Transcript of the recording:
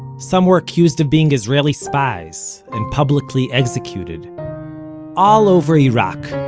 some were accused of being israeli spies and publicly executed all over iraq,